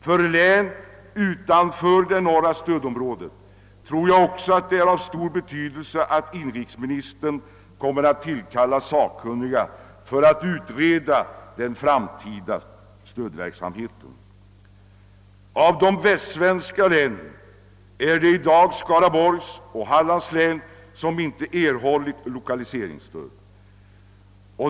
För län utanför det norra stödområdet tror jag också att det är av stor betydelse, att inrikesministern kommer att tillkalla sakkunniga för att utreda den framtida stödverksamheten. Av de västsvenska länen är det i dag Skaraborgs och Hallands län som inte erhållit lokaliseringsstöd.